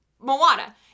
Moana